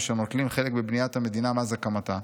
אשר נוטלים חלק בבניית המדינה מאז הקמתה,